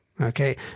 Okay